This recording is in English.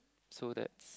so that's